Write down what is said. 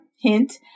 hint